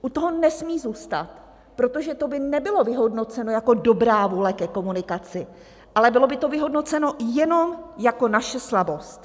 U toho nesmí zůstat, protože to by nebylo vyhodnoceno jako dobrá vůle ke komunikaci, ale bylo by to vyhodnoceno jenom jako naše slabost.